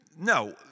no